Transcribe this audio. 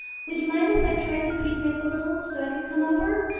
would you mind if i tried to peace-make a little, so i could come over?